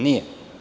Nije.